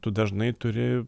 tu dažnai turi